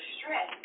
stress